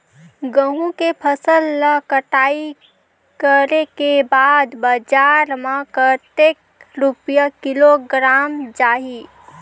गंहू के फसल ला कटाई करे के बाद बजार मा कतेक रुपिया किलोग्राम जाही?